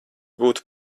būtu